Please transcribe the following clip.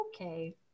Okay